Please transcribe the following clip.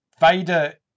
Vader